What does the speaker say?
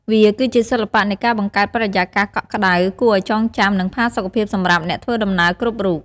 វាគឺជាសិល្បៈនៃការបង្កើតបរិយាកាសកក់ក្តៅ គួរឱ្យចងចាំ និងផាសុកភាពសម្រាប់អ្នកធ្វើដំណើរគ្រប់រូប។